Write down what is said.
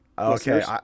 Okay